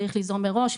צריך ליזום מראש,